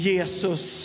Jesus